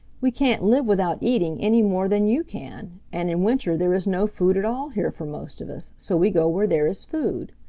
we can't live without eating any more than you can, and in winter there is no food at all here for most of us, so we go where there is food.